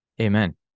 Amen